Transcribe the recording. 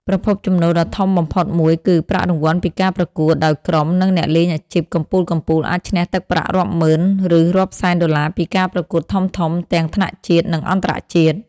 ប្រភពចំណូលដ៏ធំបំផុតមួយគឺ ប្រាក់រង្វាន់ពីការប្រកួត ដោយក្រុម និងអ្នកលេងអាជីពកំពូលៗអាចឈ្នះទឹកប្រាក់រាប់ម៉ឺន ឬរាប់សែនដុល្លារពីការប្រកួតធំៗទាំងថ្នាក់ជាតិ និងអន្តរជាតិ។